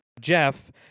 Jeff